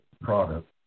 product